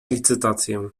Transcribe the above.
licytację